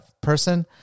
person